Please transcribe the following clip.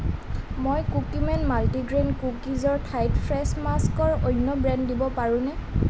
মই Cookieman multigrain কুকিজৰ ঠাইত ফ্ৰেছ মাস্কৰ অন্য ব্ৰেণ্ড দিব পাৰোঁনে